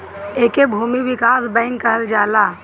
एके भूमि विकास बैंक कहल जाला